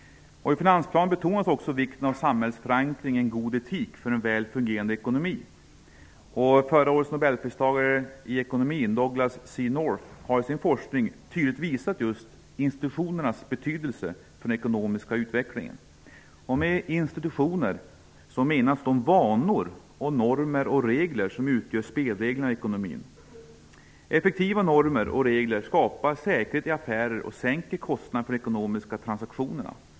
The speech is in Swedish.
I finansplanen betonas vikten av samhällets förankring i en god etik för en väl fungerande ekonomi. Förra årets nobelpristagare i ekonomi Douglass C. North har i sin forskning tydligt visat just institutionernas betydelse för den ekonomiska utvecklingen. Med institutioner menas de vanor, normer och regler som utgör spelreglerna i ekonomin. Effektiva normer och regler skapar säkerhet i affärer och sänker kostnaderna för ekonomiska transaktioner.